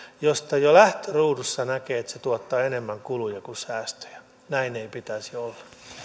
josta jo lähtöruudussa näkee että se tuottaa enemmän kuluja kuin säästöjä näin ei pitäisi olla